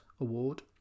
award